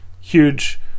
huge